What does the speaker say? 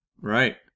Right